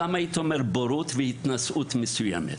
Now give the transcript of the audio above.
וגם, הייתי אומר, מבורות ומהתנשאות מסוימת.